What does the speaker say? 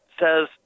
says